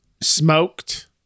smoked